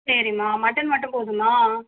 சரிமா மட்டன் மட்டும் போதுமா